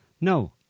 No